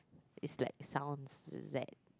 is like sounds Z